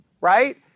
right